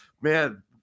man